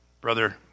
Brother